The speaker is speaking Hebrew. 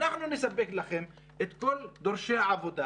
אנחנו נספק לכם את כל דורשי העבודה,